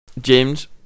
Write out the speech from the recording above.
James